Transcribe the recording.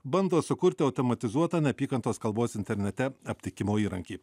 bando sukurti automatizuotą neapykantos kalbos internete aptikimo įrankį